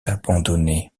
abandonnée